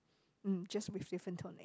mm just with different tonation